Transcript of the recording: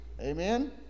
Amen